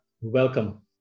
welcome